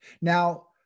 Now